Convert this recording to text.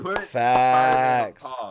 Facts